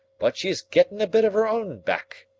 but she's gettin' a bit of her own back.